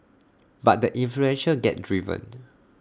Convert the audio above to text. but the influential get driven